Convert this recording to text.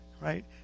right